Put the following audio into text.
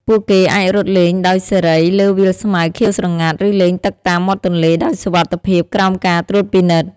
ពួកគេអាចរត់លេងដោយសេរីលើវាលស្មៅខៀវស្រងាត់ ឬលេងទឹកតាមមាត់ទន្លេដោយសុវត្ថិភាពក្រោមការត្រួតពិនិត្យ។